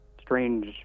strange